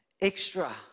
extra